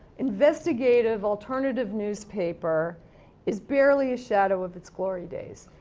investigative alternative newspaper is barely a shadow of its glory days.